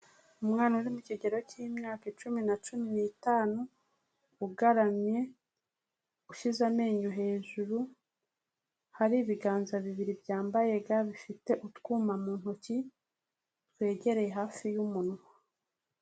Umwana uri mu kigero cy'imyaka icumi na cumi n'itanu, ugaramye ushyize amenyo hejuru, hari ibiganza bibiri byambaye ga bifite utwuma mu ntoki twegereye hafi y'umunwa.